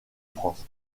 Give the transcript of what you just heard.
france